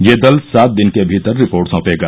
ये दल सात दिन के भीतर रिपोर्ट सौंपेगा